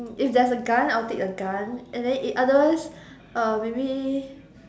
if there's a gun I'll take a gun and then it otherwise uh maybe